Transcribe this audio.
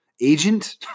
agent